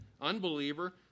unbeliever